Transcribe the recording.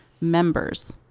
members